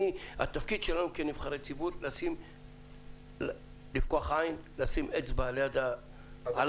התפקיד שלנו כנבחרי ציבור לפקוח עין ולשים אצבע על הדופק.